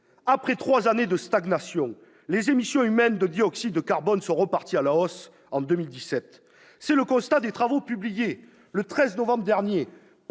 Après trois années de stagnation, les émissions humaines de dioxyde de carbone sont reparties à la hausse en 2017. C'est le constat des travaux publiés, le 13 novembre dernier, par